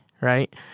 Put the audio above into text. Right